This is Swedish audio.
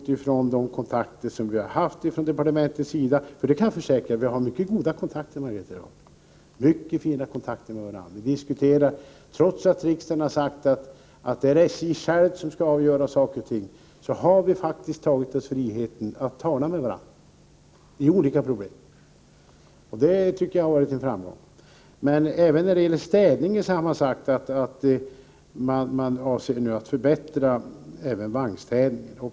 Vid de kontakter som vi från departementets sida haft med SJ — jag kan försäkra Margareta Gard att vi har mycket goda kontakter med varandra; trots att riksdagen har sagt att SJ skall avgöra saker och ting självt har vi faktiskt tagit oss friheten att diskutera olika problem med varandra, och det tycker jag har varit en framgång — har man även när det gäller städningen sagt att man avser att förbättra vagnstädningen.